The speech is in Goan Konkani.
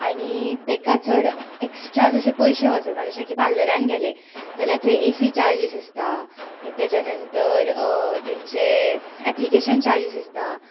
आनी तेका जशे चड एक्स्ट्रा जशे पयशे वचनात जशे की पार्लरान गेलें जाल्यार थंय एसी चार्जीस आसता मागीर तेच्या नंतर एप्लीकेशन चार्जीस आसतात